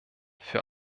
für